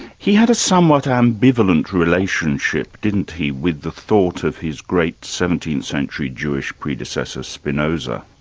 he had a somewhat ambivalent relationship, didn't he, with the thought of his great seventeenth century jewish predecessor spinoza?